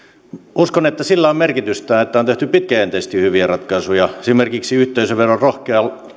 uskon että sillä on merkitystä että on tehty pitkäjänteisesti hyviä ratkaisuja esimerkiksi yhteisöveron rohkea